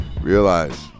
realize